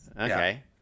okay